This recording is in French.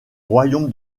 royaume